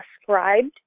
ascribed